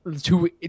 Two